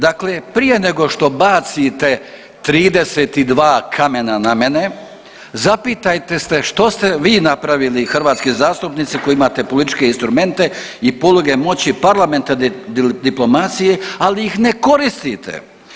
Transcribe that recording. Dakle, prije nego što bacite 32 kamena na mene, zapitajte se što ste vi napravili hrvatski zastupnici koji imate političke instrumente i poluge moći parlamenta diplomacije, ali ih ne koristite.